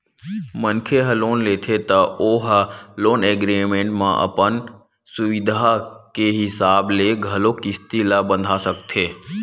मनखे ह लोन लेथे त ओ ह लोन एग्रीमेंट म अपन सुबिधा के हिसाब ले घलोक किस्ती ल बंधा सकथे